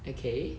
okay